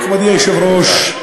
כבוד היושב-ראש,